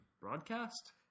broadcast